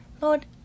Lord